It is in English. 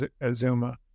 Azuma